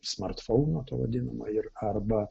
smartfono to vadinamo ir arba